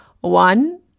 One